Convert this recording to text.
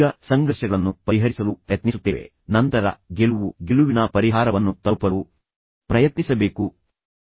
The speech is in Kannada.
ಈಗ ನಾವೆಲ್ಲರೂ ಸಂಘರ್ಷಗಳನ್ನು ಪರಿಹರಿಸಲು ಪ್ರಯತ್ನಿಸುತ್ತೇವೆ ಆದರೆ ನಂತರ ನಾವು ಗೆಲುವು ಗೆಲುವಿನ ಪರಿಹಾರವನ್ನು ತಲುಪಲು ಪ್ರಯತ್ನಿಸಬೇಕು ಎಂಬುದನ್ನು ನೆನಪಿಡಬೇಕು